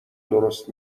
درست